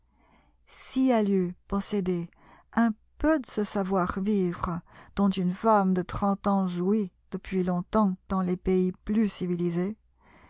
si elle eût possédé un peu de ce savoir-vivre dont une femme de trente ans jouit depuis longtemps dans les pays plus civilisés